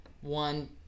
one